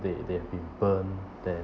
they they have been burnt then